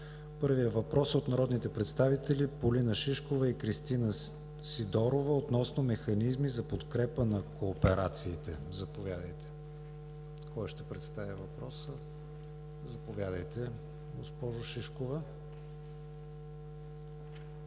Първият въпрос е от народните представители Полина Шишкова и Кристина Сидорова относно механизми за подкрепа на кооперациите. Кой ще представи въпроса? Заповядайте, госпожо Шишкова. ПОЛИНА